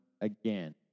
again